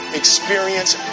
experience